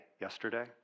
yesterday